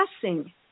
passing